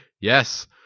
Yes